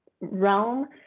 realm